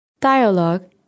Dialogue